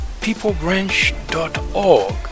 peoplebranch.org